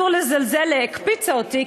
היא הקפיצה אותי,